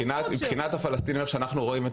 מבחינת הפלסטינים איך שאנחנו רואים את